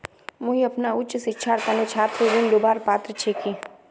मुई अपना उच्च शिक्षार तने छात्र ऋण लुबार पत्र छि कि?